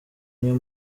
niyo